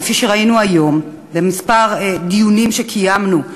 כפי שראינו היום בכמה דיונים שקיימנו,